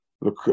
look